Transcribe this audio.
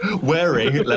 Wearing